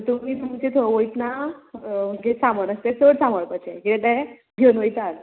तुमी तुमचे थंय वोयतना कित् सामोन आसता ते चड सांबाळपाचें किदें ते घेवन वयतात